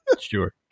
sure